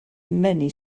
many